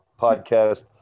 podcast